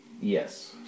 Yes